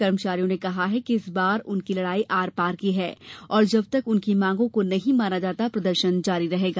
कर्मचारियों ने कहा कि इस बार हमारी लड़ाई आर पार की है और जब तक हमारी मांगों को नहीं माना जाता प्रदर्शन जारी रहेगा